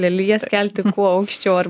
lelijas kelti kuo aukščiau ar